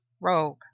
rogue